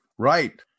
Right